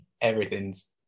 everything's